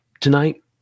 tonight